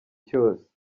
cyose